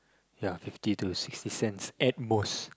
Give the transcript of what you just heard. ya fifty to sixty cents at most